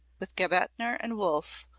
with gebethner and wolff,